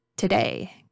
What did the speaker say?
Today